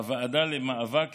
הוועדה למאבק